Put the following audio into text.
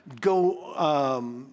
go